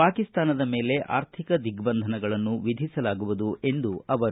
ಪಾಕಿಸ್ತಾನದ ಮೇಲೆ ಆರ್ಥಿಕ ದಿಗ್ಬಂಧನಗಳನ್ನು ವಿಧಿಸಲಾಗುವುದು ಎಂದರು